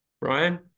Brian